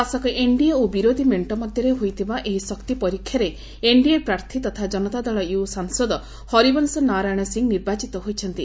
ଶାସକ ଏନ୍ଡିଏ ଓ ବିରୋଧୀ ମେଙ୍କ ମଧ୍ଧରେ ହୋଇଥିବା ଏହି ଶକ୍ତି ପରୀକ୍ଷାରେ ଏନ୍ଡିଏ ପ୍ରାର୍ଥୀ ତଥା ଜନତା ଦଳ ୟୁ ସାଂସଦ ହରିବଂଶ ନାରାୟଣ ସିଂହ ନିର୍ବାଚିତ ହୋଇଛନ୍ତି